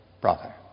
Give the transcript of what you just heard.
brother